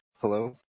Hello